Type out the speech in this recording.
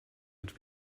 had